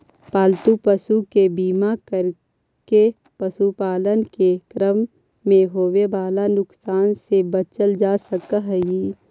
पालतू पशु के बीमा करके पशुपालन के क्रम में होवे वाला नुकसान से बचल जा सकऽ हई